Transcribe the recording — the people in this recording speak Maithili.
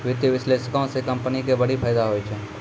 वित्तीय विश्लेषको से कंपनी के बड़ी फायदा होय छै